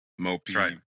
mopey